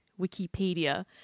Wikipedia